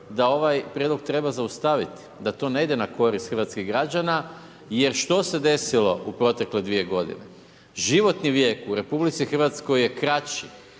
da ovaj prijedlog treba zaustaviti, da to ne ide na korist hrvatskih građana jer što se to desilo u protekle 2 g.? Životni vijek u RH je kraći